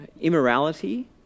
immorality